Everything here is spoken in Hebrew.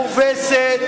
מובסת,